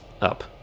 up